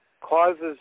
causes